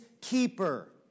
keeper